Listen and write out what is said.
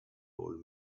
old